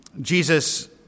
Jesus